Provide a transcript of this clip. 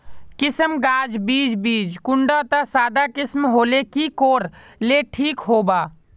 किसम गाज बीज बीज कुंडा त सादा किसम होले की कोर ले ठीक होबा?